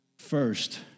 First